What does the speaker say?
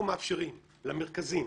אנחנו מאפשרים למרכזים